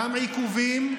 גם עיכובים,